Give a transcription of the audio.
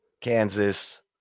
Kansas